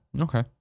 Okay